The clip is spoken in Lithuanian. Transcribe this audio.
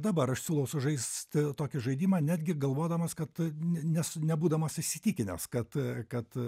dabar aš siūlau sužaisti tokį žaidimą netgi galvodamas kad ne nebūdamas įsitikinęs kad kad